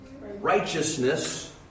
righteousness